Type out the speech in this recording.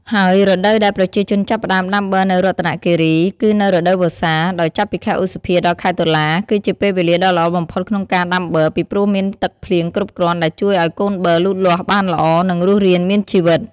ហើយរដូវដែលប្រជាជនចាប់ផ្ដើមដាំបឺរនៅរតនគិរី គឺនៅរដូវវស្សា ដោយចាប់ពីខែឧសភា ដល់ខែតុលា គឺជាពេលវេលាដ៏ល្អបំផុតក្នុងការដាំបឺរ ពីព្រោះមានទឹកភ្លៀងគ្រប់គ្រាន់ដែលជួយឱ្យកូនបឺរលូតលាស់បានល្អ និងរស់រានមានជីវិត។